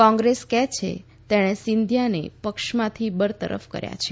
કોંગ્રેસ કે છે તેણે સિંધીયાને પક્ષમાંથી બરતરફ કર્યા છે